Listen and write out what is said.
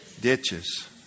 Ditches